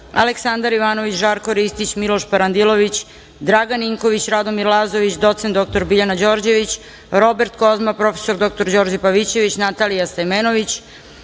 Aleksandar Ivanović, Žarko Ristić, Miloš Parandilović, Dragan Ninković, Radomir Lazović, doc. dr Biljana Đorđević, Robert Kozma, prof. dr Đorđe Pavićević, Natalija Stojmenović,